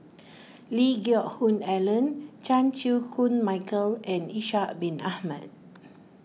Lee Geck Hoon Ellen Chan Chew Koon Michael and Ishak Bin Ahmad